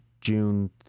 June